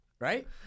Right